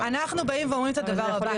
אנחנו באים ואומרים את הדבר הבא.